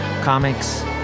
comics